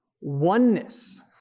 oneness